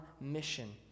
mission